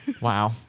wow